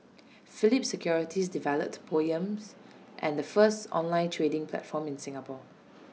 Phillip securities developed poems and the first online trading platform in Singapore